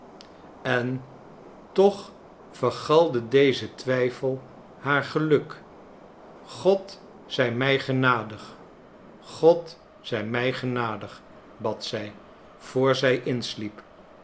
en toch vergalde dezen twijfel haar geluk god zij mij genadig god zij mij genadig bad zij voor zij insliep